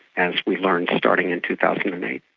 as we learned starting in two thousand and eight.